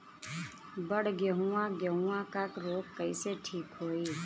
बड गेहूँवा गेहूँवा क रोग कईसे ठीक होई?